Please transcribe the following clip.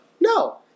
No